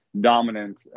dominant